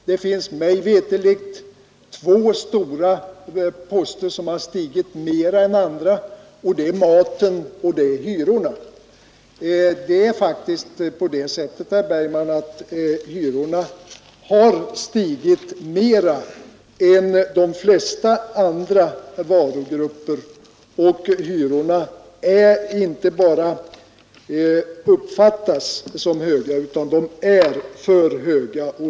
Det finns mig veterligt två stora poster som har stigit mera än andra, och det är maten och hyrorna. Det är faktiskt på det sättet, herr Bergman, att hyrorna har stigit mera än priserna på de flesta varugrupper, och hyrorna inte bara uppfattas som höga utan de för höga.